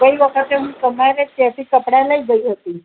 ગઈ વખતે હું તમારે ત્યાંથી કપડાં લઈ ગઈ હતી